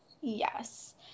Yes